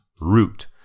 Root